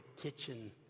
kitchen